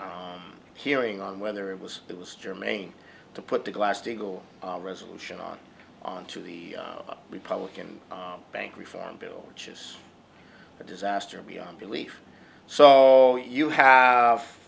hearing on whether it was it was germane to put the glass steagall resolution on onto the republican bank reform bill which is a disaster beyond belief so you have